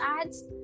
ads